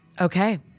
okay